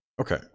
Okay